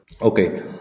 okay